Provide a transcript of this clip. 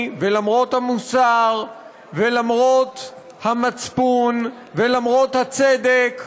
ולמרות המוסר ולמרות המצפון ולמרות הצדק,